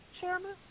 Chairman